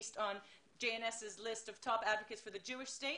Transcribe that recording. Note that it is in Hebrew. מי שעושה הסברה לטובת מדינת ישראל,